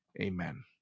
amen